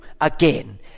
again